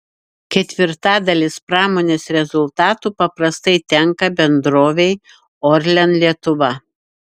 ketvirtadalis pramonės rezultatų paprastai tenka bendrovei orlen lietuva